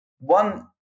one